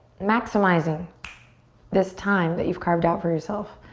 maximizing this time that you've carved out for yourself.